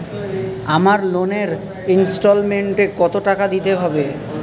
আমার লোনের ইনস্টলমেন্টৈ কত টাকা দিতে হবে?